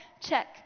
check